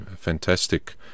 fantastic